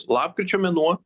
lapkričio mėnuo